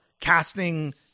casting